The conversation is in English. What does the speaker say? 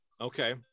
Okay